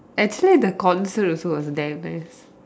actually the concert also was damn nice